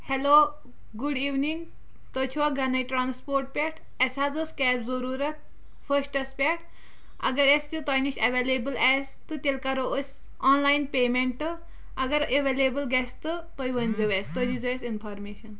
hello good evening تُہۍ چھُوا گَنے ٹرانسپوٹ پٮ۪ٹھ اَسہِ حظ ٲس کیب ضٔروٗرت فٔسٹَس پٮ۪ٹھ اگر أسۍ تۄہہِ نِش اٮ۪ویلیبٕل آسہِ تہٕ تیٚلہِ کَرو أسۍ آنلاین پیمٮ۪نٛٹہٕ اگر ایویلیبٕل گژھِ تہٕ تُہۍ ؤنۍ زیو اَسہِ تُہۍ دیٖزیٚو اَسہِ اِنفارمیشَن